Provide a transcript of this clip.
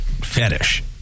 fetish